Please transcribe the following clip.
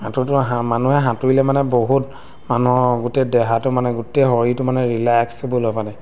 সাঁতোৰটো মানুহে সাঁতুৰিলে মানে বহুত মানুহৰ গোটেই দেহাটো মানে গোটেই শৰীৰটো মানে ৰিলেক্স হ'বলৈ পায় মানে